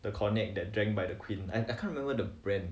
the cognac that drank by the queen and I I can't remember the brand